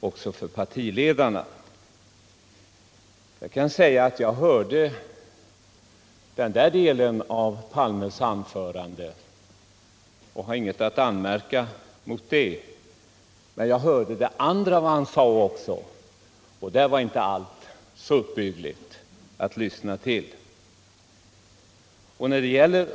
Jag hörde den del av Palmes anförande som det här hänvisats till och har inget att anmärka mot den. Men jag hörde också det andra som han sade, och det var inte alls så uppbyggligt att lyssna till.